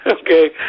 Okay